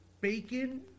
bacon